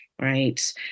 Right